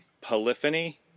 Polyphony